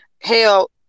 hell